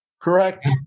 correct